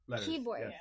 keyboard